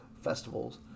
festivals